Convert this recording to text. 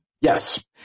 Yes